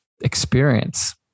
experience